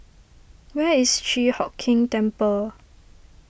where is Chi Hock Keng Temple